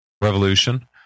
revolution